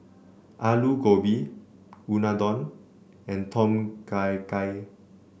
Alu Gobi Unadon and Tom Kha Gai